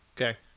Okay